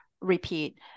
repeat